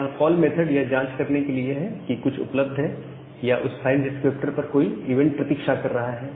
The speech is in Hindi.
यह पोल मेथड यह जांच करने के लिए है कि कुछ उपलब्ध है या उस फाइल डिस्क्रिप्टर पर कोई इवेंट प्रतीक्षा कर रहा है